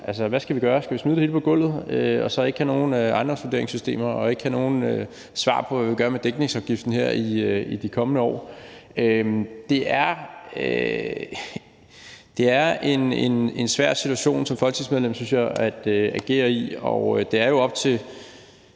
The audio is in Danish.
hvad skal vi gøre? Skal vi smide det hele på gulvet og så ikke have nogen ejendomsvurderingssystemer og ikke få nogen svar på, hvad vi gør med dækningsafgiften her i de kommende år? Det er en svær situation at agere i som folketingsmedlem, synes jeg, og det er jo op til